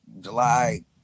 July